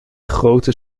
grote